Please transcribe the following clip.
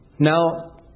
Now